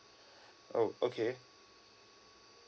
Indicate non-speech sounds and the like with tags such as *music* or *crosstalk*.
*breath* oh okay